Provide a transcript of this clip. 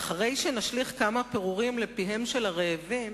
אחרי שנשליך כמה פירורים לפיהם של הרעבים,